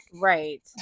Right